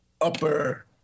upper